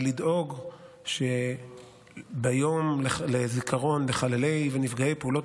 ולדאוג שביום הזיכרון לחללי ונפגעי פעולות